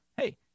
hey